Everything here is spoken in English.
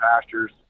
pastures